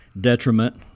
detriment